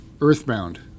Earthbound